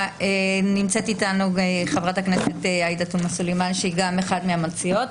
נמצאת איתנו חברת הכנסת עאידה תומא סלימאן שהיא גם אחת מהמציעות.